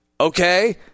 okay